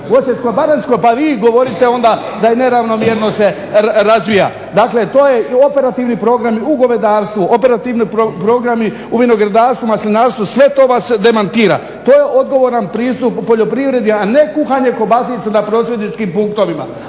Osječko-baranjskoj županiji pa vi govorite onda da neravnomjerno se razvija. Dakle, to je operativni program u govedarstvu, operativni programi u vinogradarstvu, maslinarstvu, sve to vas demantira. To je odgovoran pristup poljoprivredi, a ne kuhanje kobasica na prosvjedničkim punktovima,